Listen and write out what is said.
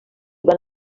van